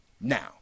Now